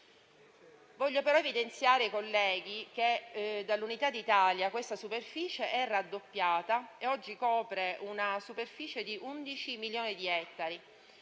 Voglio però evidenziare, colleghi, che dall'Unità d'Italia questa superficie è raddoppiata e oggi copre 11 milioni di ettari.